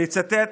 אני אצטט